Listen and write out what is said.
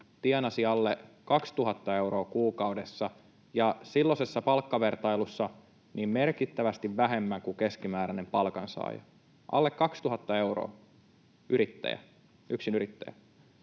tienasi alle 2 000 euroa kuukaudessa ja silloisessa palkkavertailussa merkittävästi vähemmän kuin keskimääräinen palkansaaja — alle 2 000 euroa yksinyrittäjä.